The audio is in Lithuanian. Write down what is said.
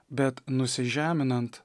bet nusižeminant